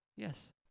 Yes